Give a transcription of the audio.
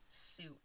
suit